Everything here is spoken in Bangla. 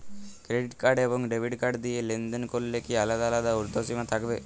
ক্রেডিট কার্ড এবং ডেবিট কার্ড দিয়ে লেনদেন করলে কি আলাদা আলাদা ঊর্ধ্বসীমা থাকবে?